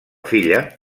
filla